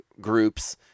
groups